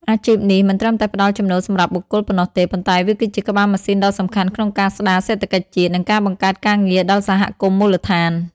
អាជីពនេះមិនត្រឹមតែផ្ដល់ចំណូលសម្រាប់បុគ្គលប៉ុណ្ណោះទេ ប៉ុន្តែវាគឺជាក្បាលម៉ាស៊ីនដ៏សំខាន់ក្នុងការស្ដារសេដ្ឋកិច្ចជាតិ និងការបង្កើតការងារដល់សហគមន៍មូលដ្ឋាន។